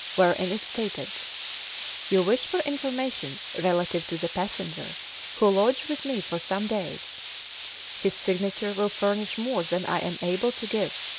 wherein it stated you wish for information relative to the passenger who lodged with me for some days his signature will furnish more than i am able to give.